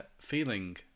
feeling